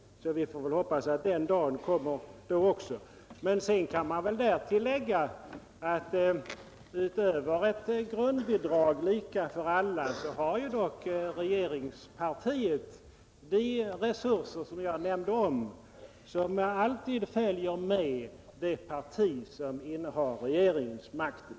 Vi får väl hoppas att den dagen kommer. Därtill kan man väl lägga att utöver ett grundbidrag, lika för alla, har dock regeringspartiet därtill de resurser som jag omnämnde och som alltid följer med det parti som innehar regeringsmakten.